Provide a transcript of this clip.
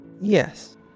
Yes